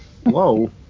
Whoa